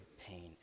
pain